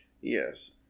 Yes